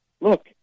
look